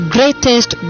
Greatest